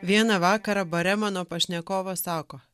vieną vakarą bare mano pašnekovas sako